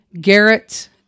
Garrett